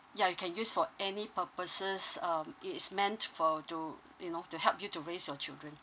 ya you can use for any purposes um it is meant for to you know to help you to raise your children